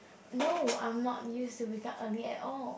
no I am not used to wake up early at all